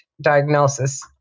diagnosis